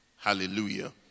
Hallelujah